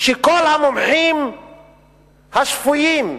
כל המומחים השפויים,